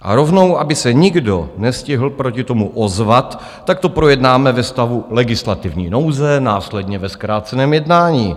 A rovnou, aby se nikdo nestihl proti tomu ozvat, tak to projednáme ve stavu legislativní nouze, následně ve zkráceném jednání.